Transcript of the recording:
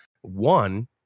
one